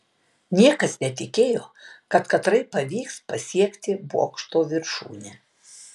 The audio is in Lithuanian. niekas netikėjo kad katrai pavyks pasiekti bokšto viršūnę